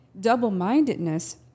double-mindedness